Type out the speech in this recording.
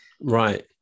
Right